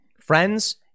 Friends